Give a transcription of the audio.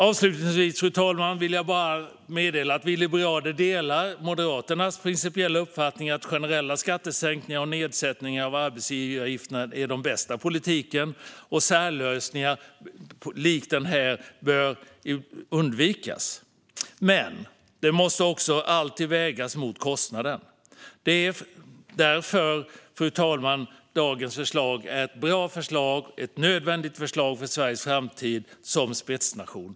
Avslutningsvis vill jag meddela att vi liberaler delar Moderaternas principiella uppfattning att generella skattesänkningar och nedsättningar av arbetsgivaravgifterna är den bästa politiken och att särlösningar som den här bör undvikas. Det måste dock alltid vägas mot kostnaden. Därför, fru talman, är dagens förslag ett bra och nödvändigt förslag för Sveriges framtid som spetsnation.